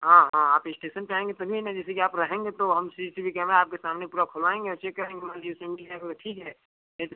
हाँ हाँ आप इस्टेसन पर आएँगे तभी न जैसे कि आप रहेंगे तो हम C C T V camera आपके सामने पूरा खोलवाएँगे और चेक करेंगे मान लीजिए उसमें मिल जाएगा तो ठीक है नहीं तो फिर